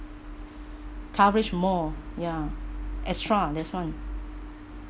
coverage more ya extra there's one